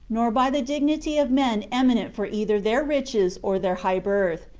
nor by the dignity of men eminent for either their riches or their high birth,